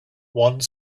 one